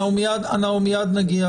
אנחנו מיד נגיע